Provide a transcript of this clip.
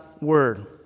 word